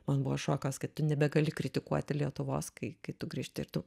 man buvo šokas kad tu nebegali kritikuoti lietuvos kai kai tu grįžti ir tu